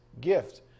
gift